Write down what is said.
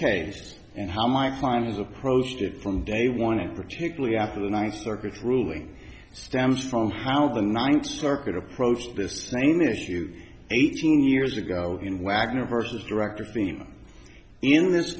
case and how my finals approached it from day one and particularly after the ninth circuit ruling stems from how the ninth circuit approached this same issue eighteen years ago in wagner versus director theme in this